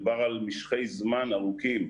מדובר על משכי זמן ארוכים.